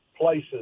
places